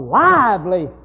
lively